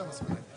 שלום לכולם,